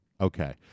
Okay